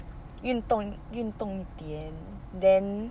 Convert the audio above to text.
运动运动一点 then